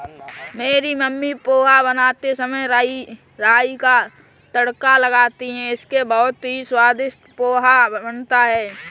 मेरी मम्मी पोहा बनाते समय राई का तड़का लगाती हैं इससे बहुत ही स्वादिष्ट पोहा बनता है